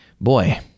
boy